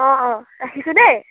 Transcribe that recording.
অ অ ৰাখিছোঁ দেই